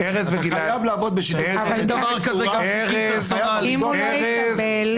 אתה חייב לעבוד בשיתוף פעולה --- ארז וגלעד,